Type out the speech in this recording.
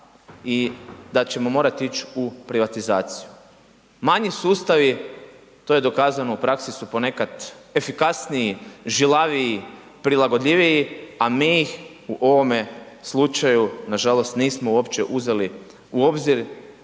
i da ćemo morati ić u privatizaciju. Manji sustavi, to je dokazano u praksi su ponekad efikasniji, žilaviji, prilagodljiviji, a mi ih u ovome slučaju nažalost nismo uopće uzeli u obzir,